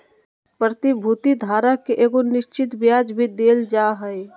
प्रतिभूति धारक के एगो निश्चित ब्याज भी देल जा हइ